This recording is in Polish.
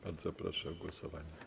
Bardzo proszę o głosowanie.